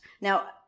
Now